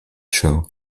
show